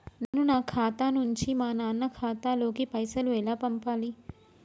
నేను నా ఖాతా నుంచి మా నాన్న ఖాతా లోకి పైసలు ఎలా పంపాలి?